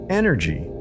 energy